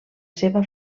seva